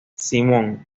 simon